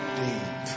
deep